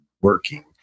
working